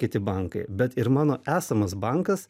kiti bankai bet ir mano esamas bankas